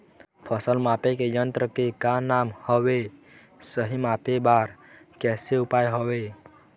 फसल मापे के यन्त्र के का नाम हवे, सही मापे बार कैसे उपाय हवे?